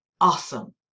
awesome